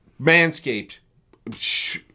Manscaped